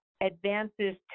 advances